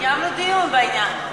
קיימנו דיון בעניין.